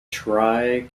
tri